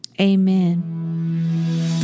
amen